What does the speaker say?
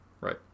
Right